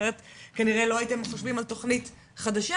אחרת כנראה לא הייתם חושבים על תוכנית חדשה